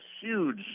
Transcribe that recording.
huge